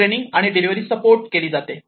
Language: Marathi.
ट्रेनिंग आणि डिलिव्हरी सपोर्ट केले जाते